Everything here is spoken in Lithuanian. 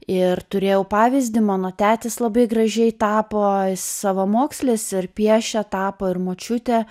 ir turėjau pavyzdį mano tetis labai gražiai tapo savamokslis ir piešia tapo ir močiutė